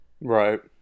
Right